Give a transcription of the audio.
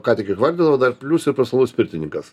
katik išvardijau dar plius ir profesionalus pirtininkas